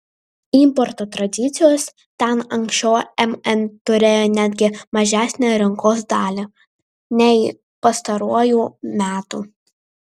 importo tradicijos ten anksčiau mn turėjo netgi mažesnę rinkos dalį nei pastaruoju metu